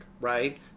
right